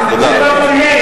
אין לו ברירה.